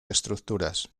estructuras